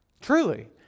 Truly